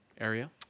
area